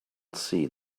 see